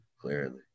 clearly